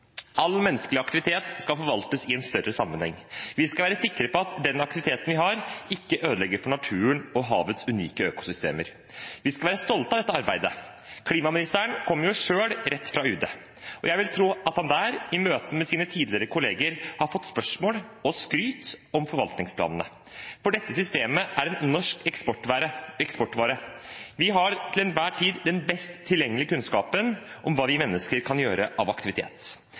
All menneskelig aktivitet skal forvaltes i en større sammenheng. Vi skal være sikre på at den aktiviteten vi har, ikke ødelegger for naturen og havets unike økosystemer. Vi skal være stolte av dette arbeidet. Klimaministeren kommer selv rett fra UD, og jeg vil tro at han der i møte med sine tidligere kolleger har fått spørsmål om og skryt av forvaltningsplanene, for dette systemet er en norsk eksportvare. Vi har til enhver tid den best tilgjengelige kunnskapen om hva vi mennesker kan gjøre av aktivitet.